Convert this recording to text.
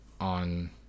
on